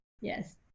Yes